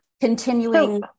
continuing